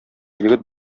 егет